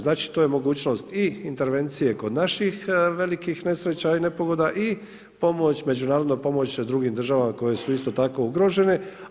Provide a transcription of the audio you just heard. Znači to je mogućnost i intervencije kod naših velikih nesreća i nepogoda i pomoć, međunarodna pomoć drugim državama koje su isto tako ugrožene.